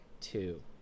two